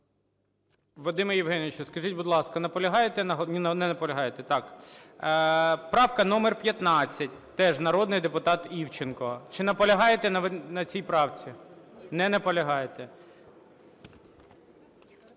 Вадиме Євгеновичу, скажіть, будь ласка, наполягаєте? Не наполягаєте. Правка номер 15, теж народний депутат Івченко. Чи наполягаєте на цій правці? Не наполягаєте.